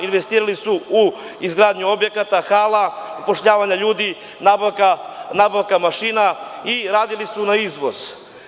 Investirali su izgradnju objekata, hala, upošljavanje ljudi, nabavku mašina i radili su na izvozu.